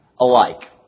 alike